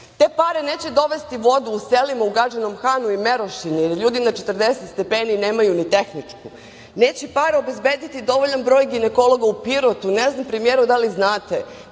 Te pare neće dovesti vodu u selima u Gadžinom Hanu i Merošini, gde ljudi na 40 stepeni nemaju ni tehničku. Neće pare obezbediti dovoljan broj ginekologa u Pirotu. Ne znam, premijeru, da li znate,